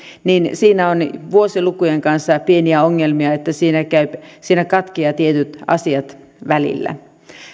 siinä on vuosilukujen kanssa pieniä ongelmia että siinä katkeavat tietyt asiat välillä